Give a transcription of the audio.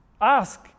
Ask